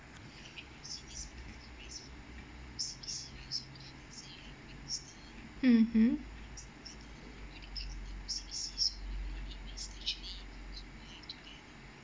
mmhmm